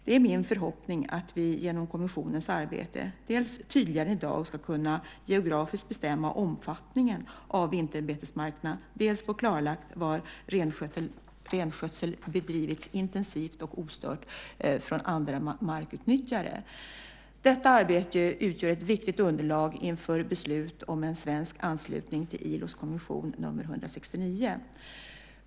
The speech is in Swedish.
Det är min förhoppning att vi genom kommissionens arbete dels tydligare än i dag ska kunna geografiskt bestämma omfattningen av vinterbetesmarkerna, dels få klarlagt var renskötsel bedrivits mer intensivt och ostört från andra markutnyttjare. Detta arbete utgör ett viktigt underlag inför beslut om en svensk anslutning till ILO:s konvention nr 169.